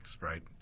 right